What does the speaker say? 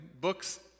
books